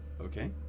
okay